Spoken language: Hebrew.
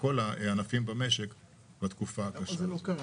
לכל הענפים במשק בתקופה הקשה הזאת.